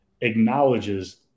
acknowledges